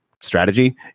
strategy